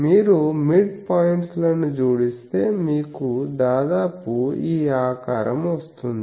మీరు mid points లను జోడిస్తే మీకు దాదాపు ఈ ఆకారం వస్తుంది